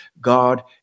god